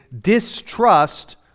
distrust